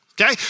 okay